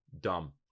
dumb